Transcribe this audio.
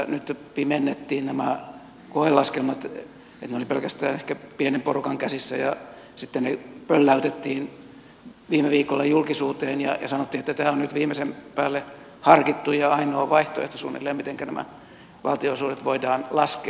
nyt pimennettiin nämä koelaskelmat ne olivat pelkästään ehkä pienen porukan käsissä ja sitten ne pölläytettiin viime viikolla julkisuuteen ja sanottiin että tämä on nyt viimeisen päälle harkittu ja ainoa vaihtoehto suunnilleen mitenkä nämä valtionosuudet voidaan laskea